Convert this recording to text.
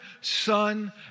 Son